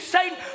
Satan